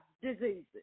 diseases